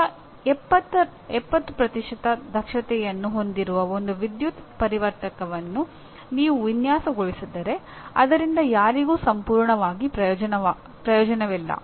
ಕೇವಲ 70 ದಕ್ಷತೆಯನ್ನು ಹೊಂದಿರುವ ಒಂದು ವಿದ್ಯುತ್ ಪರಿವರ್ತಕವನ್ನು ನೀವು ವಿನ್ಯಾಸಗೊಳಿಸಿದರೆ ಅದರಿಂದ ಯಾರಿಗೂ ಸಂಪೂರ್ಣವಾಗಿ ಪ್ರಯೋಜನವಿಲ್ಲ